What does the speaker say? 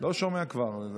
לא שומע כבר.